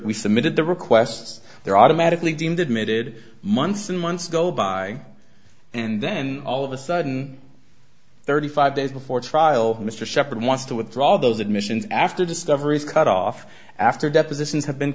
we submitted the requests they're automatically deemed admitted months and months go by and then all of a sudden thirty five days before trial mr sheppard wants to withdraw those admissions after discovery is cut off after depositions have been